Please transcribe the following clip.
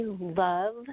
love